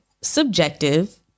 subjective